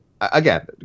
again